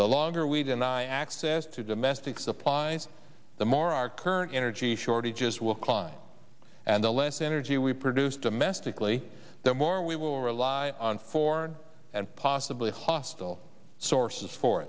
the longer we deny access to domestic supplies the more our current energy shortages will climb and the less energy we produce domestically the more we will rely on foreign and possibly hostile sources